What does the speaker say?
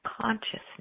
Consciousness